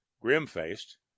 grim-faced